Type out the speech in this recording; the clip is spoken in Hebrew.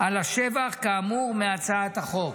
על השבח, כאמור, מהצעת החוק.